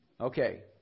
Okay